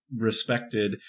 respected